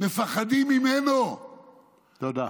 מפחדים ממנו, תודה.